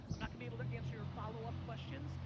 i'm not gonna be able to answer follow-up questions,